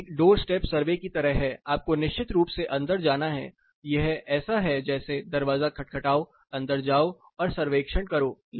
यह एक door step survey की तरह है आपको निश्चित रूप से अंदर जाना है यह ऐसा है जैसे दरवाजा खटखटाओ अंदर जाओ और सर्वेक्षण करो